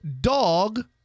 dog